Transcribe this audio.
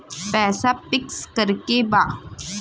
पैसा पिक्स करके बा?